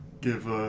Give